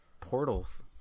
portals